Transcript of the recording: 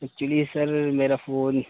actually sir میرا phone